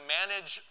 manage